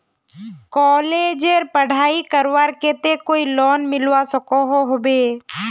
कॉलेजेर पढ़ाई करवार केते कोई लोन मिलवा सकोहो होबे?